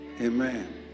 Amen